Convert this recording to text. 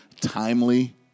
timely